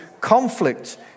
conflict